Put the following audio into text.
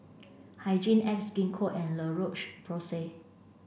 Hygin X Gingko and La Roche Porsay